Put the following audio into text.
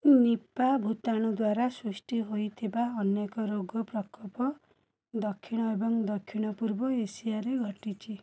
Nipah ଭୂତାଣୁ ଦ୍ୱାରା ସୃଷ୍ଟି ହୋଇଥିବା ଅନେକ ରୋଗ ପ୍ରକୋପ ଦକ୍ଷିଣ ଏବଂ ଦକ୍ଷିଣ ପୂର୍ବ ଏସିଆରେ ଘଟିଛି